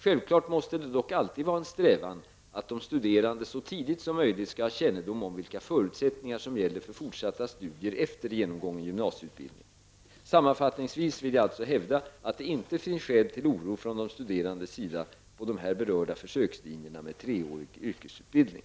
Självfallet måste det dock alltid vara en strävan att de studerande så tidigt som möjligt skall ha kännedom om vilka förutsättningar som gäller för fortsatta studier efter geomgången gymnasieutbildning. Sammanfattningsvis vill jag alltså hävda att det inte finns skäl till oro från de studerandes sida på de här berörda försökslinjerna med treårig yrkesutbildning.